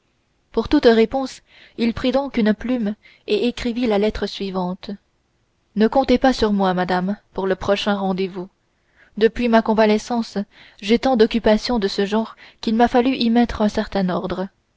pour toute réponse il prit donc une plume et écrivit la lettre suivante ne comptez pas sur moi madame pour le prochain rendez-vous depuis ma convalescence j'ai tant d'occupations de ce genre qu'il m'a fallu y mettre un certain ordre